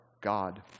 God